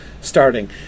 starting